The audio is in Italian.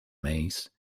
meis